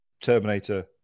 Terminator